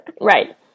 Right